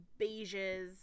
beiges